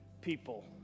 people